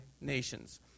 nations